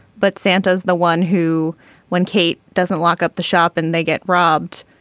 but santa is the one who when kate doesn't lock up the shop and they get robbed